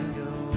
go